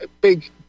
big